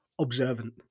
Observant